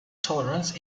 tolerance